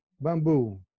Bamboo